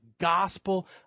gospel